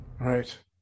Right